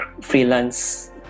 freelance